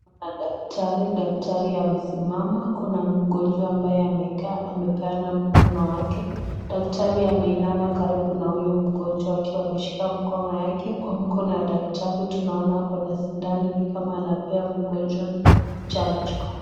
Kuna daktari, daktari amesimama, kuna mgonjwa ambaye amekaa, amepeana mkono wake. Daktari ameinama karibu na huyo mgonjwa akiwa ameshika mkono yake. Kwa mkono wa daktari tunaona ameshika sindano ni kama anapea mgonjwa chanjo.